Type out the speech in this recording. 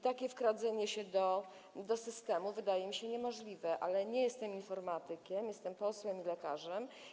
Takie włamanie się do systemu wydaje mi się niemożliwe, ale nie jestem informatykiem, jestem posłem i lekarzem.